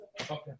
Okay